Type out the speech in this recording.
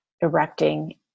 erecting